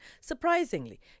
Surprisingly